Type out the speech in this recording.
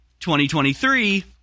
2023